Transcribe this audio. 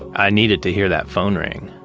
i needed to hear that phone ring.